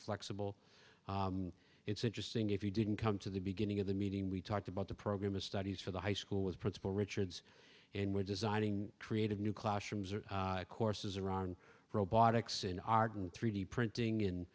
flexible it's interesting if you didn't come to the beginning of the meeting we talked about the program of studies for the high school was principal richards and we're designing creative new classrooms or courses around robotics in arden three d printing and